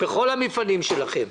בכל המפעלים שלכם.